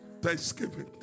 thanksgiving